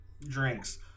drinks